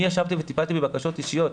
אני ישבתי וטיפלתי בבקשות אישיות.